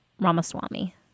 Ramaswamy